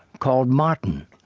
called martin,